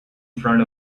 front